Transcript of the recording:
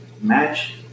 match